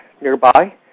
nearby